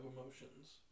emotions